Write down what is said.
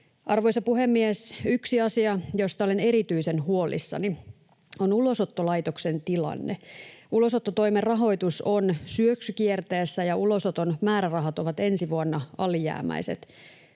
Arvoisa puhemies! Yksi asia, josta olen erityisen huolissani, on Ulosottolaitoksen tilanne. Ulosottotoimen rahoitus on syöksykierteessä, ja ulosoton määrärahat ovat ensi vuonna alijäämäiset.